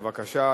בבקשה,